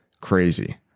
crazy